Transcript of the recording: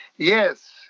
Yes